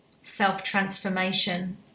self-transformation